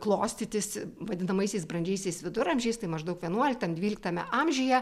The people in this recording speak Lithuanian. klostytis vadinamaisiais brandžiaisiais viduramžiais tai maždaug vienuoliktam dvyliktame amžiuje